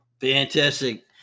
Fantastic